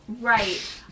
Right